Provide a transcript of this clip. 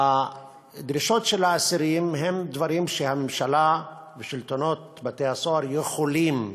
הדרישות של האסירים הן דברים שהממשלה ושלטונות בתי-הסוהר יכולים לקבל.